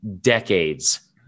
decades